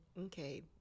Okay